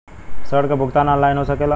ऋण के भुगतान ऑनलाइन हो सकेला?